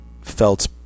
felt